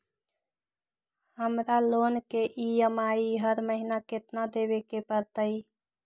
हमरा लोन के ई.एम.आई हर महिना केतना देबे के परतई?